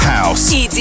House